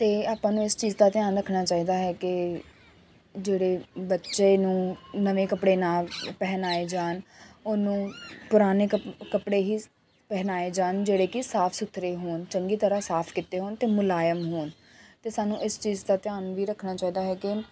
ਅਤੇ ਆਪਾਂ ਨੂੰ ਇਸ ਚੀਜ਼ ਦਾ ਧਿਆਨ ਰੱਖਣਾ ਚਾਹੀਦਾ ਹੈ ਕਿ ਜਿਹੜੇ ਬੱਚੇ ਨੂੰ ਨਵੇਂ ਕੱਪੜੇ ਨਾ ਪਹਿਨਾਏ ਜਾਣ ਉਹਨੂੰ ਪੁਰਾਣੇ ਕ ਕੱਪੜੇ ਹੀ ਪਹਿਨਾਏ ਜਾਣ ਜਿਹੜੇ ਕਿ ਸਾਫ ਸੁਥਰੇ ਹੋਣ ਚੰਗੀ ਤਰ੍ਹਾਂ ਸਾਫ ਕੀਤੇ ਹੋਣ ਅਤੇ ਮੁਲਾਇਮ ਹੋਣ ਅਤੇ ਸਾਨੂੰ ਇਸ ਚੀਜ਼ ਦਾ ਧਿਆਨ ਵੀ ਰੱਖਣਾ ਚਾਹੀਦਾ ਹੈ ਕਿ